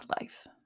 life